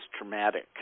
traumatic